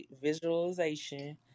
visualization